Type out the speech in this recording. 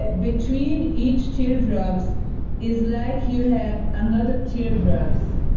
between each teardrop so is like you have another teardrop.